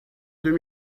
deux